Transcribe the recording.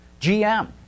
GM